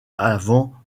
avant